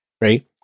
right